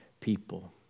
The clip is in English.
people